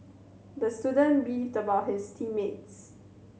the student beefed about his team mates